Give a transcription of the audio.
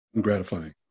gratifying